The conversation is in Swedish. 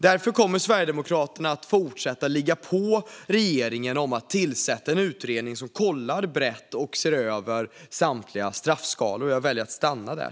Därför kommer Sverigedemokraterna att fortsätta ligga på regeringen om att tillsätta en utredning som kollar brett och ser över samtliga straffskalor.